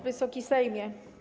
Wysoki Sejmie!